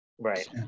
Right